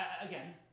Again